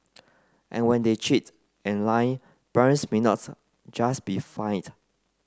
and when they cheat and lie parents may not just be fined